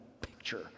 picture